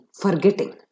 forgetting